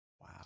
wow